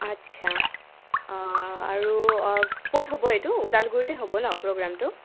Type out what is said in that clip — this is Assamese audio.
আচ্ছা আৰু ক'ত হ'ব এইটো ওদালগুৰিতে হ'ব ন প্ৰগ্ৰামটো